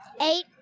Eight